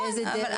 באיזו דרך?